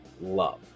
love